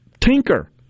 tinker